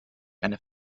einer